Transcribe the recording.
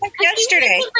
yesterday